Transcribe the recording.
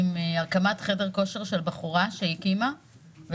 עם הקמת חדר כושר של בחורה שהקימה אותו